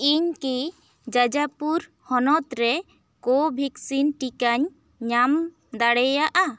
ᱤᱧ ᱠᱤ ᱡᱟᱡᱟᱯᱩᱨ ᱦᱚᱱᱚᱛ ᱨᱮ ᱠᱳᱵᱷᱮᱠᱥᱤᱱ ᱴᱤᱠᱟᱧ ᱧᱟᱢ ᱫᱟᱲᱮᱭᱟᱜᱼᱟ